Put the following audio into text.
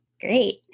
great